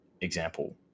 example